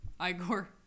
Igor